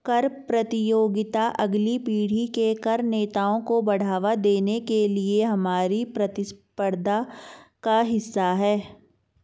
कर प्रतियोगिता अगली पीढ़ी के कर नेताओं को बढ़ावा देने के लिए हमारी प्रतिबद्धता का हिस्सा है